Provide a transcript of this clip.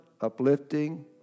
uplifting